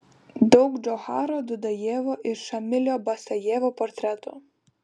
daug džocharo dudajevo ir šamilio basajevo portretų